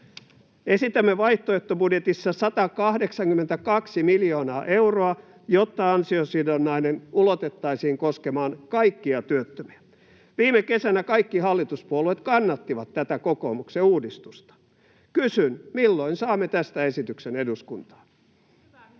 Esitämme vaihtoehtobudjetissa 182 miljoonaa euroa, jotta an-siosidonnainen ulotettaisiin koskemaan kaikkia työttömiä. Viime kesänä kaikki hallituspuolueet kannattivat tätä kokoomuksen uudistusta. Kysyn: milloin saamme tästä esityksen eduskuntaan?